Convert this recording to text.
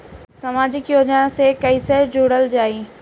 समाजिक योजना से कैसे जुड़ल जाइ?